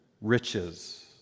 riches